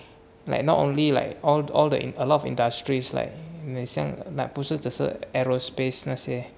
like not only like all th~ all the a lot of industries like 那像不是只是 aerospace 那些